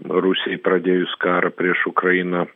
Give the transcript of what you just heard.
rusijai pradėjus karą prieš ukrainą